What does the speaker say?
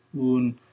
un